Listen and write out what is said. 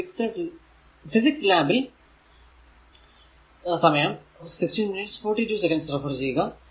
ഇത് ഫിസിക്സ് ലാബിൽ കണ്ടിട്ടുണ്ടാകാം